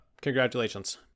Congratulations